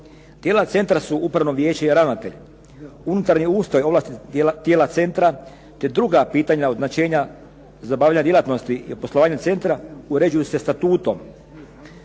Tijela centra su upravno vijeće i ravnatelj. Unutarnji ustroj ovlasti tijela centra te druga pitanja od značenja za obavljanje djelatnosti i poslovanja centra uređuju se statutom.